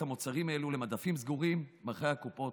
המוצרים האלה למדפים סגורים מאחורי הקופות.